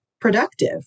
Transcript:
productive